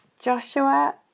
Joshua